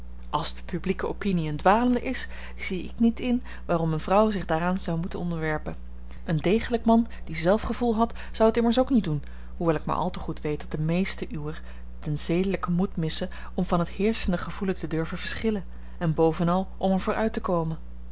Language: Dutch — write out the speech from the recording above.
als de publieke opinie een dwalende is zie ik niet in waarom eene vrouw zich daaraan zou moeten onderwerpen een degelijk man die zelfgevoel had zou het immers ook niet doen hoewel ik maar al te goed weet dat de meesten uwer den zedelijken moed missen om van t heerschende gevoelen te durven verschillen en bovenal om er voor uit te komen